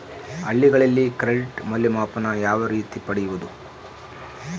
ಹಳ್ಳಿಗಳಲ್ಲಿ ಕ್ರೆಡಿಟ್ ಮೌಲ್ಯಮಾಪನ ಯಾವ ರೇತಿ ಪಡೆಯುವುದು?